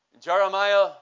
Jeremiah